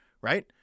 right